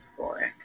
euphoric